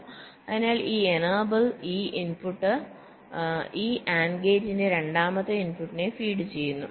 അതിനാൽ ഈ എനേബിൾ ഈ ഇൻപുട്ട് ഈ AND ഗേറ്റിന്റെ രണ്ടാമത്തെ ഇൻപുട്ടിനെ ഫീഡ് ചെയ്യുന്നു